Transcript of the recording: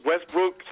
Westbrook